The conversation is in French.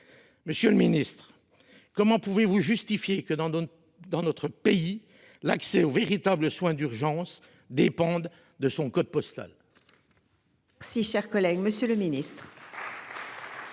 Monsieur le ministre, comment pouvez vous justifier que, dans notre pays, l’accès aux véritables soins d’urgence dépende du code postal ?